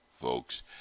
folks